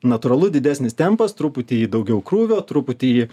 natūralu didesnis tempas truputį daugiau krūvio truputį